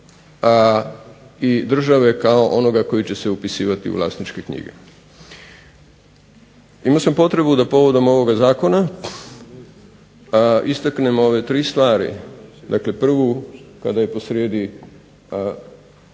i države onoga koji će se upisivati u vlasničke knjige. Imao sam potrebu da povodom ovoga zakona istaknem ove tri stvari. Dakle, prvu kada je po srijedi